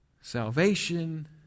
Salvation